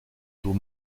d’eau